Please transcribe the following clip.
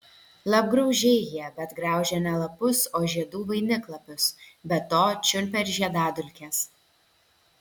lapgraužiai jie bet graužia ne lapus o žiedų vainiklapius be to čiulpia ir žiedadulkes